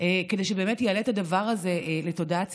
כדי שבאמת יעלה את הדבר הזה לתודעה ציבורית,